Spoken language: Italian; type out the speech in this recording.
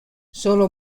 solo